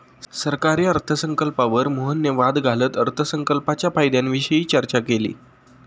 सरकारी अर्थसंकल्पावर मोहनने वाद घालत अर्थसंकल्पाच्या फायद्यांविषयी चर्चा केली